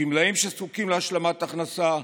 גמלאים שזקוקים להשלמת הכנסה,